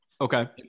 Okay